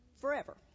forever